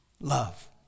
Love